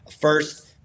first-